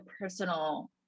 personal